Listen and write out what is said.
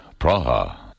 Praha